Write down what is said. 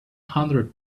hundred